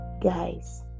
Guys